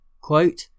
Quote